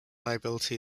liability